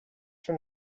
from